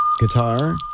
Guitar